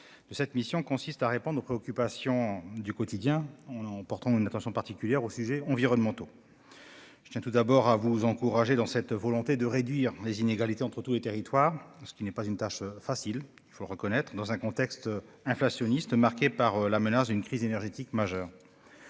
cette mission était de répondre aux préoccupations du quotidien, en portant une attention particulière aux sujets environnementaux. Je tiens tout d'abord à vous encourager dans cette volonté de réduire les inégalités entre tous les territoires, une tâche difficile dans un contexte inflationniste marqué par la menace d'une crise énergétique majeure.